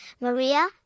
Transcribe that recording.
Maria